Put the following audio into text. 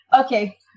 Okay